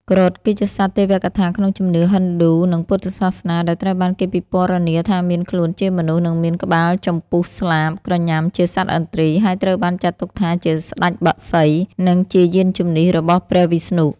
គ្រុឌ គឺជាសត្វទេវកថាក្នុងជំនឿហិណ្ឌូ និងពុទ្ធសាសនា ដែលត្រូវបានគេពិពណ៌នាថាមានខ្លួនជាមនុស្ស និងមានក្បាល ចំពុះ ស្លាប ក្រញាំជាសត្វឥន្ទ្រី ហើយត្រូវបានចាត់ទុកថា ជាស្តេចបក្សី និងជាយានជំនិះរបស់ព្រះវិស្ណុ។